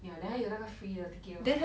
ya then 他有那个 free 的 ticket lor